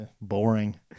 boring